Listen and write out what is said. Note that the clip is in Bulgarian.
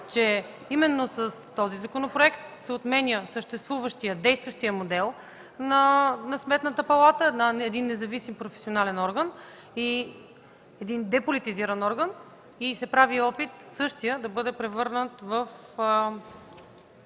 че с този законопроект се отменя съществуващият, действащият модел на Сметната палата, на един независим професионален орган, деполитизиран орган и се прави опит същият да бъде превърнат в,